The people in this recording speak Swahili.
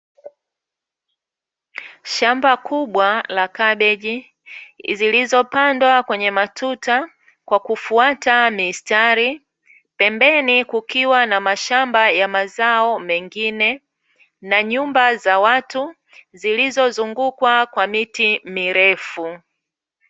Shamba kubwa la kabeji, zilizopandwa kwenye matuta kwa kufuata mistari. Pembeni kukiwa na mashamba ya mazao mengine, na nyumba za watu zilizozungukwa kwa miti mirefu.